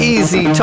Easy